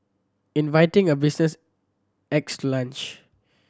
inviting a business to lunch